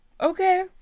okay